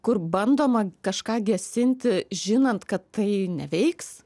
kur bandoma kažką gesinti žinant kad tai neveiks